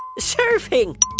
Surfing